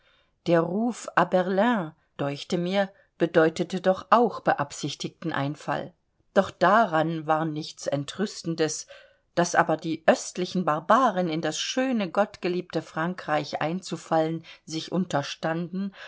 der ruf berlin däuchte mir bedeutete doch auch beabsichtigten einfall doch daran war nichts entrüstendes daß aber die östlichen barbaren in das schöne gottgeliebte frankreich einzufallen sich unterstanden